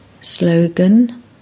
Slogan